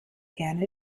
gerne